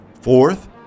Fourth